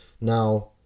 Now